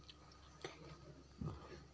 एक किलोग्राम मछली के मांस की कीमत क्या है?